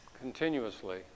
continuously